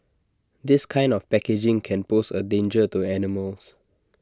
this kind of packaging can pose A danger to animals